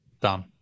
done